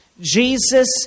Jesus